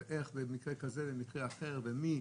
איך במקרה כזה ובמקרה אחר ומי.